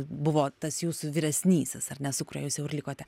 buvo tas jūsų vyresnysis ar ne su kuriuo jūs jau ir likote